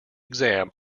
exam